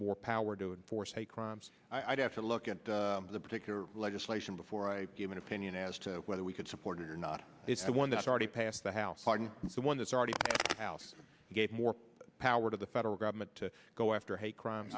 more power to enforce hate crimes i'd have to look at the particular legislation before i give an opinion as to whether we could support it or not it's one that's already passed the house one that's already house gave more power to the federal government to go after hate crime